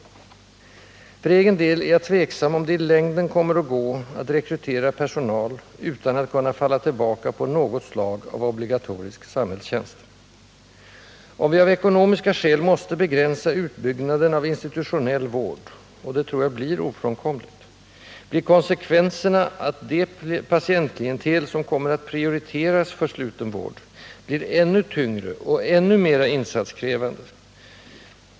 För egen del är jag tveksam om det i längden kommer att gå att rekrytera personal utan att kunna falla tillbaka på något slag av obligatorisk samhällstjänst. Om vi av ekonomiska skäl måste begränsa utbyggnaden av institutionell vård — och det tror jag blir ofrånkomligt — blir konsekvenserna att det patientklientel som kommer att prioriteras för sluten vård blir ännu tyngre och ännu mera insatskrävande.